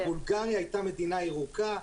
-- בולגריה הייתה מדינה ירוקה.